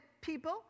people